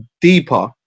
deeper